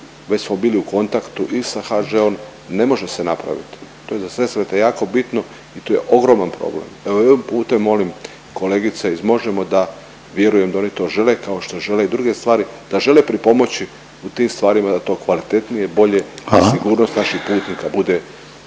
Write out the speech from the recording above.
već smo bili u kontaktu i sa HŽ-om, ne može se napraviti. To je .../Govornik se ne čuje./... jako bitno i to je ogroman problem, evo i ovim putem molim kolegice iz Možemo!, da, vjerujem da oni to žele, kao što žele i druge stvari, da žele pripomoći u tim stvarima da to kvalitetnije, bolje i… .../Upadica: Hvala./...